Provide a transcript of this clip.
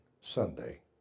Sunday